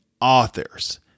authors